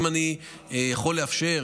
אם אני יכול לאפשר,